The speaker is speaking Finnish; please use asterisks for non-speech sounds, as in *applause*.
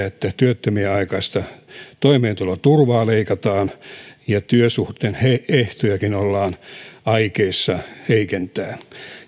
*unintelligible* että työttömyydenaikaista toimeentuloturvaa leikataan ja työsuhteen ehtojakin ollaan aikeissa heikentää